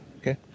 okay